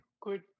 Good